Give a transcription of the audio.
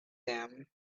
them